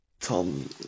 Tom